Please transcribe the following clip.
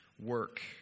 work